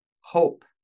Hope